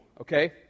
okay